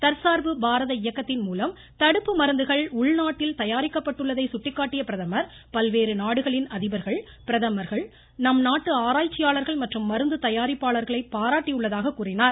தற்சார்பு பாரத இயக்கத்தின்மூலம் தடுப்பு மருந்துகள் உள்நாட்டில் தயாரிக்கப்பட்டுள்ளதை சுட்டிக்காட்டிய பிரதமர் பல்வேறு நாடுகளைச் சேர்ந்த அதிபர்கள் பிரதமர்கள் நம் நாட்டு ஆராய்ச்சியாளர்கள் மற்றும் மருந்து தயாரிப்பாளர்களை பாராட்டியுள்ளதாக கூறினார்